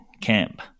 camp